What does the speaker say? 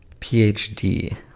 PhD